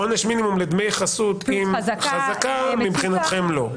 עונש מינימום לדמי חסות עם חזקה מבחינתכם לא.